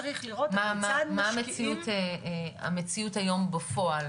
צריך לראות כיצד משקיעים --- מה היא המציאות היום בפועל,